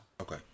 Okay